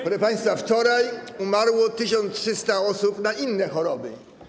Proszę państwa, wczoraj umarło 1300 osób na inne choroby.